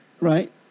Right